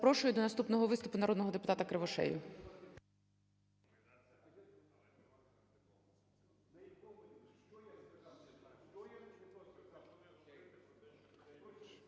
Запрошую до наступного виступу народного депутата Кривошею.